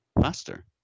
faster